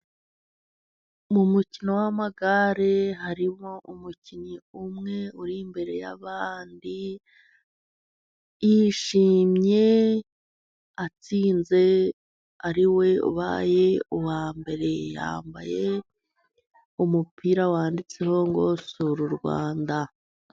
Mu mukino w'amagare harimo umukinnyi umwe uri imbere y'abandi, yishimye, atsinze, ariwe ubaye uwa mbere, yambaye umupira wanditseho ngo sura u Rwanda.